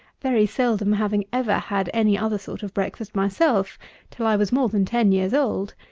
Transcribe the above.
very seldom having ever had any other sort of breakfast myself till i was more than ten years old,